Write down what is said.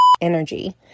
Energy